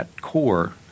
core